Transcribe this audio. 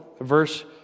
Verse